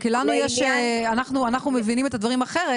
אוקיי, כי אנחנו מבינים את הדברים אחרת.